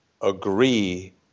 agree